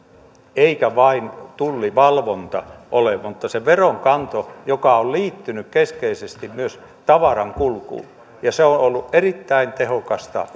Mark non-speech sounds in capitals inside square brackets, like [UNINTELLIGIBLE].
hoitanut vain tullivalvontaa vaan myös sitä veronkantoa joka on liittynyt keskeisesti myös tavaran kulkuun se on ollut erittäin tehokasta [UNINTELLIGIBLE]